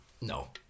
No